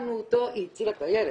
היא הצילה את הילד.